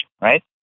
right